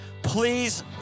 Please